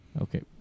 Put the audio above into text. Okay